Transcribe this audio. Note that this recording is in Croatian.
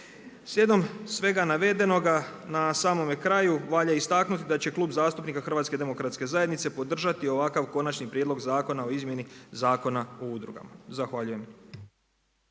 Slijedom svega navedenoga na samome kraju valja istaknuti da će Klub zastupnika HDZ-a podržati ovakav Konačni prijedlog zakona o izmjeni Zakona o udrugama. Zahvaljujem.